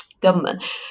government